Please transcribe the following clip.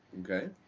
Okay